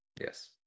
yes